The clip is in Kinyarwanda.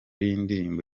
y’indirimbo